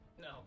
No